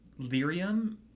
lyrium